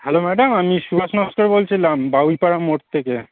hello madam আমি সুভাষ নস্কর বলছিলাম বাবুইপাড়ার মোড় থেকে